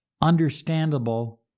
understandable